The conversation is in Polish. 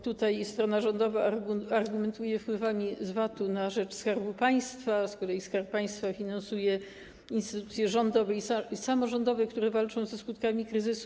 Tutaj strona rządowa argumentuje wpływ z VAT-u na rzecz Skarbu Państwa tym, że z kolei Skarb Państwa finansuje instytucje rządowe i samorządowe, które walczą ze skutkami kryzysu.